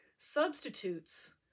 Substitutes